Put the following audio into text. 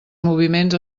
moviments